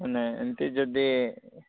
ମାନେ ଏମତି ଯଦି